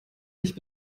nicht